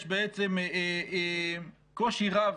יש בעצם קושי רב,